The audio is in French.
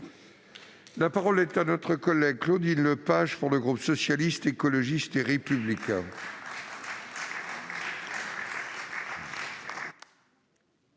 La parole est à Mme Claudine Lepage, pour le groupe Socialiste, Écologiste et Républicain.